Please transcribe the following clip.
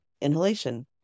inhalation